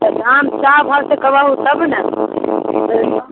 दाम साफ भावसँ करबहो तब ने